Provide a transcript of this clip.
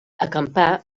acampar